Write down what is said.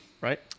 Right